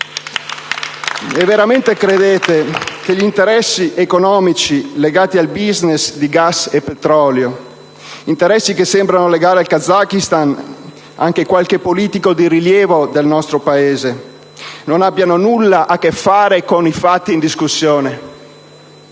Veramente credete che gli interessi economici legati al *business* di gas e petrolio che sembrano legare al Kazakistan anche qualche politico di rilievo del nostro Paese non abbiano nulla a che fare con i fatti in discussione?